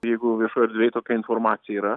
jeigu viešoj erdvėj tokia informacija yra